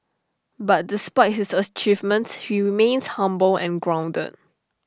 but despite his achievements he remains humble and grounded